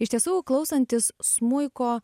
iš tiesų klausantis smuiko